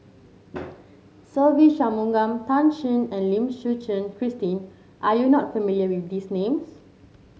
Se Ve Shanmugam Tan Shen and Lim Suchen Christine are you not familiar with these names